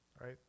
Right